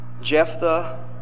Jephthah